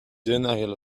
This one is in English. denial